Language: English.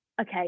okay